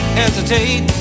hesitate